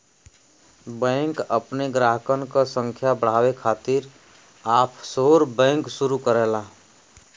bank अपने ग्राहकन क संख्या बढ़ावे खातिर ऑफशोर बैंक शुरू करला